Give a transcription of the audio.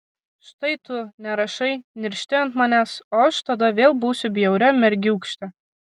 štai tu nerašai niršti ant manęs o aš tada vėl būsiu bjauria mergiūkšte